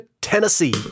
Tennessee